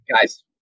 Guys